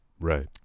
Right